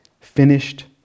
finished